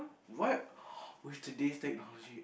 what with today's technology